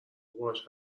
باهاش